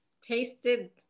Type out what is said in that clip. tasted